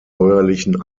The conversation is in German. bäuerlichen